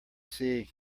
seeing